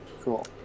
Cool